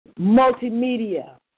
multimedia